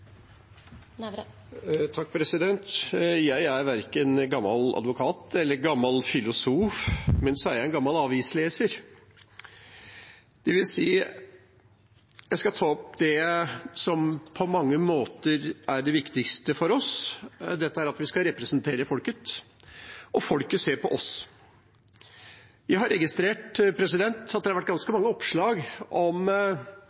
verken gammel advokat eller gammel filosof, men jeg er en gammel avisleser. Jeg skal ta opp det som på mange måter er det viktigste for oss, det at vi skal representere folket, og at folket ser på oss. Jeg har registrert at det har vært ganske